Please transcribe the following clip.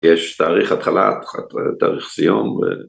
‫יש תאריך התחלה, תאריך סיום.